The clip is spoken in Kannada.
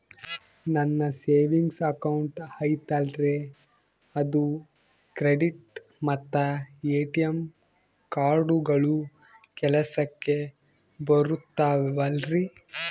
ನನ್ನ ಸೇವಿಂಗ್ಸ್ ಅಕೌಂಟ್ ಐತಲ್ರೇ ಅದು ಕ್ರೆಡಿಟ್ ಮತ್ತ ಎ.ಟಿ.ಎಂ ಕಾರ್ಡುಗಳು ಕೆಲಸಕ್ಕೆ ಬರುತ್ತಾವಲ್ರಿ?